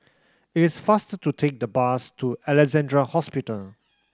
it is faster to take the bus to Alexandra Hospital